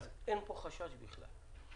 אז אין פה חשש בכלל.